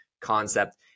concept